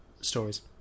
stories